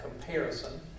comparison